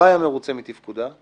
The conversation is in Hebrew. לא היה מרוצה מתפקודה,